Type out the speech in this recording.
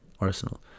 arsenal